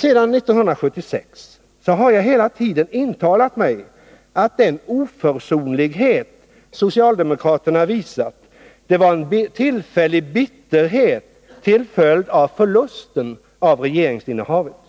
Sedan 1976 har jag hela tiden intalat mig att den oförsonlighet socialdemokraterna visat berodde på en tillfällig bitterhet till följd av förlusten av regeringsinnehavet.